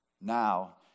Now